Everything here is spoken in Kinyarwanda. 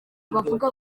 bavuga